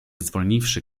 zwolniwszy